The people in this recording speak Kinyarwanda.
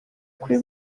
kuri